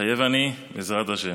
מתחייב אני, בעזרת השם.